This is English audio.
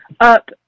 up